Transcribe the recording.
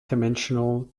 dimensional